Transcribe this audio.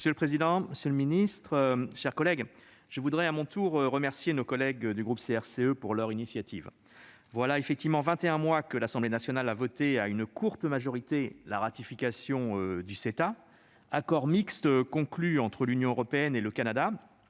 Monsieur le président, monsieur le ministre, mes chers collègues, je veux à mon tour remercier nos collègues du groupe CRCE de leur initiative. Voilà effectivement vingt et un mois que l'Assemblée nationale a voté, à une courte majorité, la ratification du CETA, accord mixte conclu entre l'Union européenne et le Canada